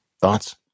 Thoughts